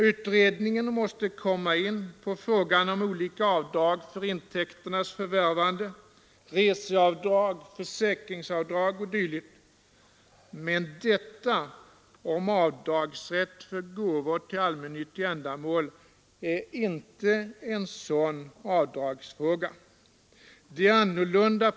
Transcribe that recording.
Utredningen måste komma in på frågan om olika avdrag för intäkternas förvärvande, reseavdrag, försäkringsavdrag o. d. Men avdragsrätt för gåvor till allmännyttiga ändamål är inte en sådan avdragsfråga.